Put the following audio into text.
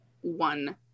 one